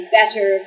better